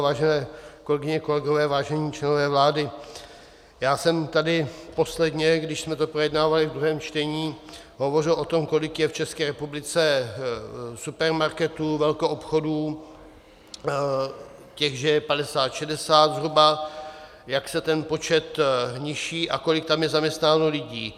Vážené kolegyně, kolegové, vážení členové vlády, já jsem tady posledně, když jsme to projednávali v druhém čtení, hovořil o tom, kolik je v České republice supermarketů, velkoobchodů, těch že je zhruba padesát šedesát, jak se ten počet nižší (?) a kolik tam je zaměstnáno lidí.